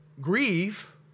grieve